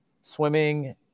swimming